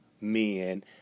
men